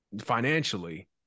financially